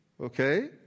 Okay